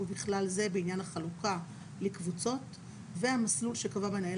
ובכלל זה בעניין החלוקה לקבוצות והמסלול שקבע מנהל